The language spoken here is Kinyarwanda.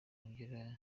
wongera